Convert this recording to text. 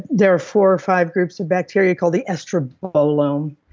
there are four or five groups of bacteria called the estrobolome.